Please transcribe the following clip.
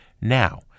Now